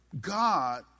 God